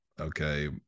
Okay